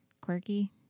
quirky